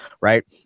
right